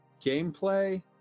gameplay